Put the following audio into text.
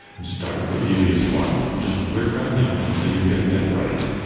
and start with the easiest one, just work on that until you get that right,